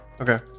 Okay